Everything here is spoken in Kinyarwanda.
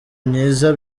myiza